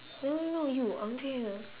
no no no you I want to hear